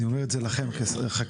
אני אומר את זה לכם, כחקלאים,